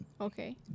Okay